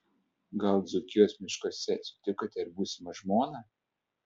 gal dzūkijos miškuose sutikote ir būsimą žmoną